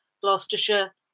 Gloucestershire